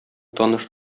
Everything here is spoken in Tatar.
таныш